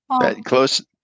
Close